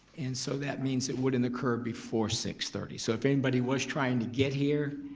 and so that means it wouldn't occur before six thirty. so if anybody was trying to get here,